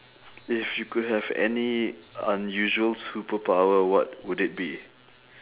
if you could have any unusual superpower what would it be